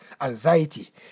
anxiety